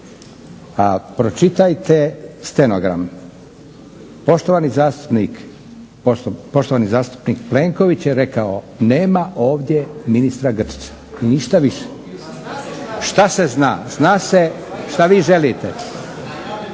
pročitajte stenogram. Poštovani zastupnik Plenković je rekao nema ovdje ministra Grčića i ništa više. … /Upadica se ne razumije./